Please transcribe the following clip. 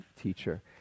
teacher